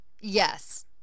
Yes